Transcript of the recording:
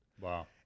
Wow